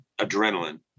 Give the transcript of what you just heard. adrenaline